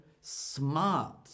smart